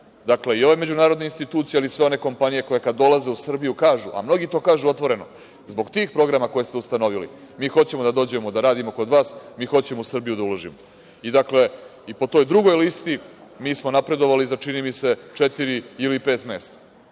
I ovde međunarodne institucije, ali i sve one kompanije koje kad dolaze u Srbiju kažu, a mnogi to kažu otvoreno - zbog tih programa koje ste ustanovili, mi hoćemo da dođemo da radimo kod vas, mi hoćemo u Srbiju da uložimo. I po toj drugoj listi, mi smo napredovali za četiri ili pet mesta.